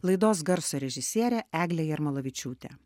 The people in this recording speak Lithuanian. laidos garso režisierė eglė jarmalavičiūtė